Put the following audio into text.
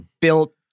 built